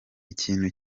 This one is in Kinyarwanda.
ikintu